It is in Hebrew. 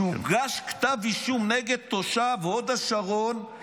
שהוגש כתב אישום נגד תושב הוד השרון -- רמת השרון.